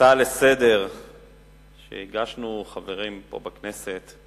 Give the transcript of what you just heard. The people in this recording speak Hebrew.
ההצעה לסדר-היום שהגשנו חברים פה בכנסת,